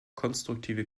konstruktive